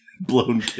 blown